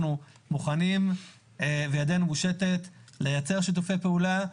מוכנים וידנו מושטת לייצר שיתופי פעולה.